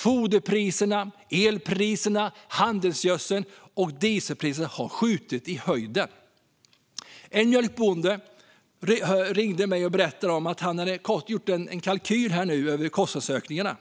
Foderpriserna, elpriserna, priserna för handelsgödsel och dieselpriserna har skjutit i höjden. En mjölkbonde ringde mig och berättade att han hade gjort en kalkyl över kostnadsökningarna.